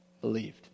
believed